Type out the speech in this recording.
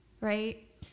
right